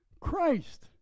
Christ